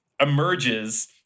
emerges